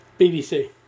BBC